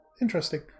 interesting